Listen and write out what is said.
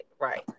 right